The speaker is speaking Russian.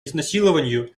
изнасилованию